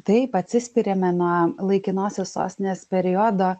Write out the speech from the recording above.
taip atsispiriame nuo laikinosios sostinės periodo